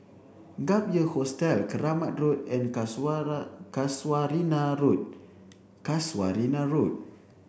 Gap Year Hostel Keramat Road and Casuarina Road Casuarina Road